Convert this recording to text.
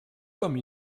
comme